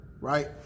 Right